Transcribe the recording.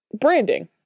branding